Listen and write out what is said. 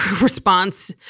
response